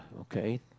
Okay